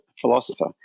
philosopher